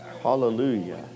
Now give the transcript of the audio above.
Hallelujah